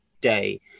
day